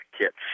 kits